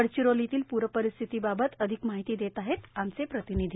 गडचिरोलीतील पूरपरिस्थितीबद्दल अधिक माहिती देत आहेत आमचे प्रतिनिधी